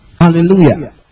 Hallelujah